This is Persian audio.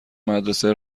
مدرسه